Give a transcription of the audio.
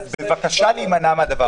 בבקשה להימנע מזה.